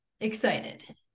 excited